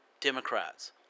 Democrats